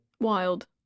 Wild